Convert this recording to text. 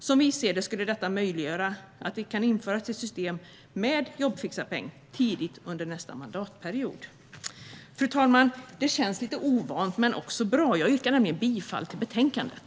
Som vi ser det skulle detta möjliggöra att det kan införas ett system med jobbfixarpeng tidigt under nästa mandatperiod. Fru talman! Det känns lite ovant men också bra: Jag yrkar bifall till utskottets förslag i betänkandet.